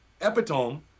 epitome